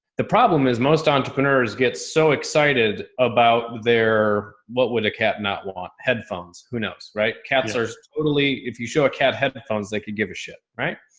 the problem is most entrepreneurs get so excited about their, what would a cat not want? headphones. who knows? right? capsular. totally. if you show a cat headphones, they could give a shit. right?